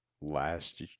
last